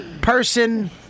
person